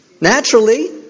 Naturally